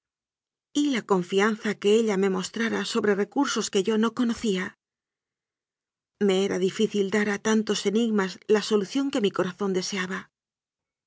la confianza que ella me mostrara sobre recursos que yo no conocía me era difícil dar a tantos enig mas la solución que mi corazón deseaba